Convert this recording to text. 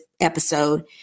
episode